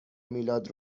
میلاد